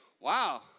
wow